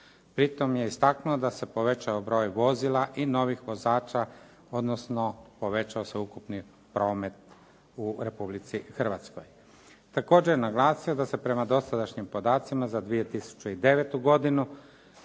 Pri tom je istaknuo da se povećao broj vozila i novih vozača, odnosno povećao se ukupni promet u Republici Hrvatskoj. Također, naglasio je da se prema dosadašnjim podacima za 2009. godinu